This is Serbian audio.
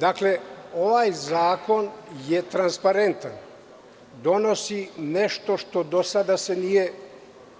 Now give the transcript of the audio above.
Dakle, ovaj zakon je transparentan, donosi nešto što se do sada nije